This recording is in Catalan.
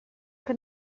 que